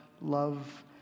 love